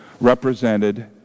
represented